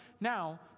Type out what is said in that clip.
now